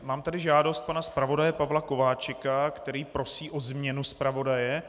Mám tady žádost pana zpravodaje Pavla Kováčika, který prosí o změnu zpravodaje.